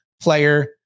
player